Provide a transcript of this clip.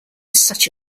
such